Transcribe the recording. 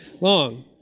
long